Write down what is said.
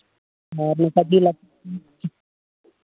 ᱟᱨ ᱱᱚᱝᱠᱟ ᱡᱤᱞ ᱦᱟᱹᱠᱩ